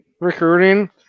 recruiting